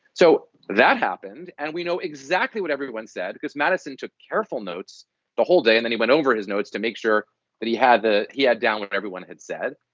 so that happened. and we know exactly what everyone said because madison took careful notes the whole day and anyone over his notes to make sure that he had the he had down with everyone had said.